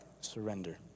Surrender